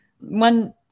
One